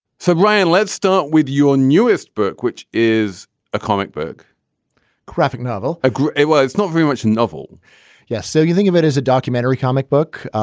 so, brian, let's start with your newest book, which is a comic book graphic novel. ah well, it's not very much novel yeah. so you think of it as a documentary comic book.